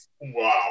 Wow